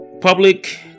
public